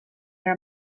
her